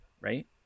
right